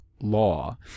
Law